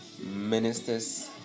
ministers